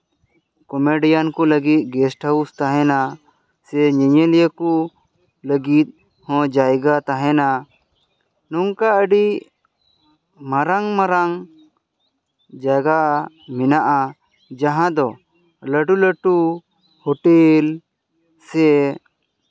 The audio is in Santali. ᱠᱚᱢᱮᱰᱤᱭᱟᱱ ᱠᱚ ᱞᱟᱹᱜᱤᱫ ᱜᱮᱥᱴ ᱦᱟᱣᱩᱥ ᱛᱟᱦᱮᱱᱟ ᱥᱮ ᱧᱮᱧᱮᱞᱤᱭᱟᱹ ᱠᱚ ᱞᱟᱹᱜᱤᱫ ᱦᱚᱸ ᱡᱟᱭᱜᱟ ᱛᱟᱦᱮᱱᱟ ᱱᱚᱝᱠᱟ ᱟᱹᱰᱤ ᱢᱟᱨᱟᱝ ᱢᱟᱨᱟᱝ ᱡᱟᱭᱜᱟ ᱢᱮᱱᱟᱜᱼᱟ ᱡᱟᱦᱟᱸ ᱫᱚ ᱞᱟᱹᱴᱩ ᱞᱟᱹᱴᱩ ᱦᱳᱴᱮᱞ ᱥᱮ